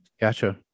Gotcha